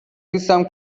دوستم